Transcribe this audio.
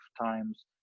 times